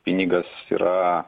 pinigas yra